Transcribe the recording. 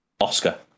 Oscar